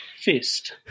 Fist